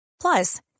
Plus